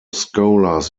scholars